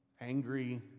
Angry